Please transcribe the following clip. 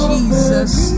Jesus